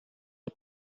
are